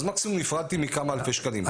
אז מקסימום נפרדתי מכמה אלפי שקלים.